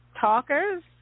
talkers